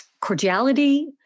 cordiality